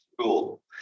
Cool